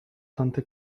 tante